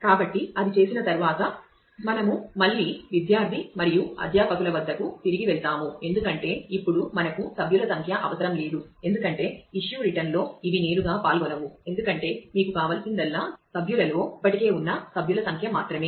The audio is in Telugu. కాబట్టి అది చేసిన తరువాత మనము మళ్ళీ విద్యార్థి మరియు అధ్యాపకుల వద్దకు తిరిగి వెళ్తాము ఎందుకంటే ఇప్పుడు మనకు సభ్యుల సంఖ్య అవసరం లేదు ఎందుకంటే ఇష్యూ రిటర్న్లో ఇవి నేరుగా పాల్గొనవు ఎందుకంటే మీకు కావలసిందల్లా సభ్యులలో ఇప్పటికే ఉన్న సభ్యుల సంఖ్య మాత్రమే